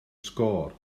sgôr